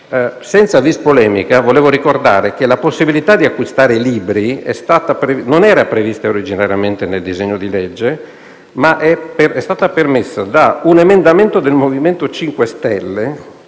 Senza *vis* polemica, vorrei ricordare che la possibilità di acquistare libri non era prevista originariamente nel disegno di legge, ma è stata permessa da un emendamento del MoVimento 5 Stelle,